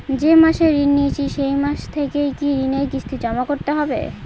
যে মাসে ঋণ নিয়েছি সেই মাস থেকেই কি ঋণের কিস্তি জমা করতে হবে?